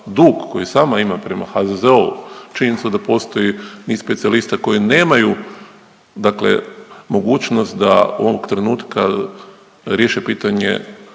dug koji sama ima prema HZZO-u. Činjenica da postoji niz specijalista koji nemaju, dakle mogućnost da ovog trenutka riješe pitanje